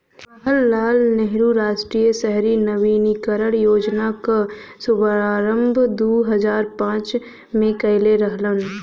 जवाहर लाल नेहरू राष्ट्रीय शहरी नवीनीकरण योजना क शुभारंभ दू हजार पांच में कइले रहलन